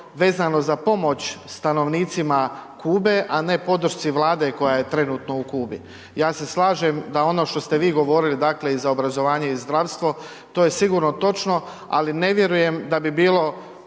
vezano za pomoć stanovnicima Kube, a ne podršci Vlade koja je trenutno u Kubi. Ja se slažem da ono što ste vi govorili, dakle, i za obrazovanje i zdravstvo, to je sigurno točno, ali ne vjerujem da bi bilo